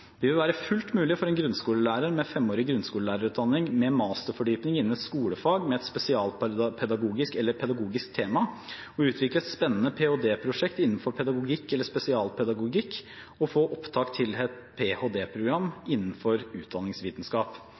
Det vil være fullt mulig for en grunnskolelærer med femårig grunnskolelærerutdanning og med masterfordypning innen et skolefag med et spesialpedagogisk eller et pedagogisk tema å utvikle et spennende ph.d.-prosjekt innenfor pedagogikk eller spesialpedagogikk og få opptak til et ph.d.-program innenfor utdanningsvitenskap.